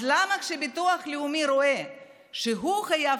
אז למה כשהביטוח הלאומי רואה שהוא חייב